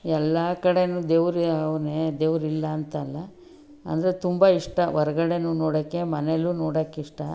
ಎಲ್ಲ ಕಡೆಯೂ ದೇವರವ್ನೆ ದೇವರಿಲ್ಲ ಅಂತಲ್ಲ ಆದರೆ ತುಂಬ ಇಷ್ಟ ಹೊರಗಡೆಯೂ ನೋಡೋಕ್ಕೆ ಮನೆಯಲ್ಲೂ ನೋಡೋಕ್ಕಿಷ್ಟ